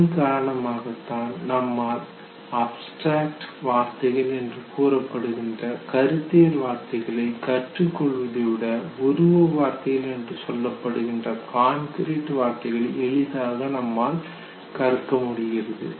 இதன் காரணமாகத்தான் நம்மால் அப்ஸ்டிரேக்ட் வார்த்தைகள் என்று கூறப்படுகின்ற கருத்தியல் வார்த்தைகளை கற்றுக் கொள்வதைவிட உருவ வார்த்தைகள் என்று சொல்லப்படுகின்ற கான்கிரீட் வார்த்தைகளை எளிதாக நம்மால் கற்க முடிகிறது